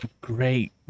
great